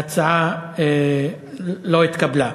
ההצעה לא התקבלה.